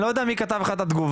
אני לא יודע מי כתב לך את התגובה.